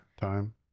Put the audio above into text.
time